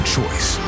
choice